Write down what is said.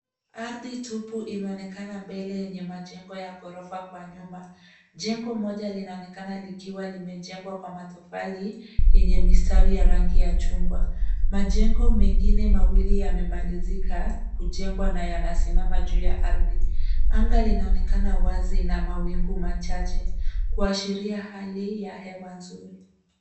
Ardhi tupu imeonekana mbele yenye majengo ya ghorofa kwa nyuma. Jengo moja linaonekana likiwa limejengwa kwa matofali yenye mistari ya rangi ya chungwa. Majengo mengine mawili yamemalizika kujengwa na yanasimama juu ya ardhi. Anga linaonekana wazi na mawingu machache, kuashiria hali ya hewa mzuri.